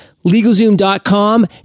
LegalZoom.com